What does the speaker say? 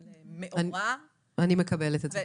אני מקבלת את זה.